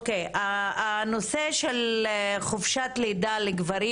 הנושא של חופשת לידה לגברים,